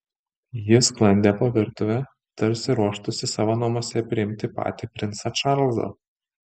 ji sklandė po virtuvę tarsi ruoštųsi savo namuose priimti patį princą čarlzą